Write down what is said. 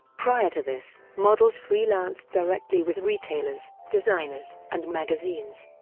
prior to this, models freelanced directly with retailers, designers and magazines.